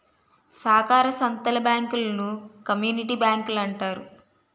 సాకార సంత్తల బ్యాంకులను కమ్యూనిటీ బ్యాంకులంటారు